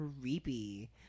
Creepy